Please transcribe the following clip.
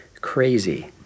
crazy